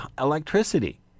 electricity